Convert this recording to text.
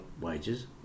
wages